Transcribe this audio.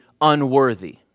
Unworthy